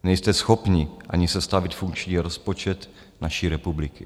Nejste schopni ani sestavit funkční rozpočet naší republiky.